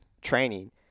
training